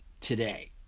today